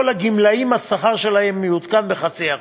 השכר של כל הגמלאים יעודכן ב-0.5%.